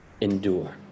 Endure